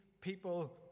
people